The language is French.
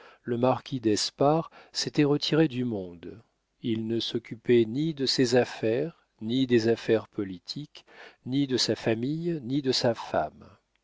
le marquis d'espard s'était retiré du monde il ne s'occupait ni de ses affaires ni des affaires politiques ni de sa famille ni de sa femme